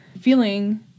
feeling